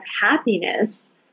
happiness